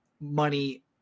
money